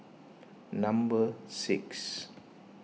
number six